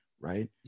right